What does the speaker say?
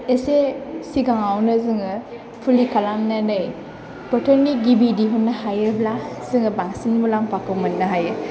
एसे सिगाङावनो जोङो फुलि खालामनानै बोथोरनि गिबि दिहुनो हायोब्ला जोङो बांसिन मुलाम्फाखौ मोन्नो हायो